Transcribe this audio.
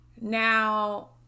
Now